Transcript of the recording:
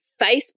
Facebook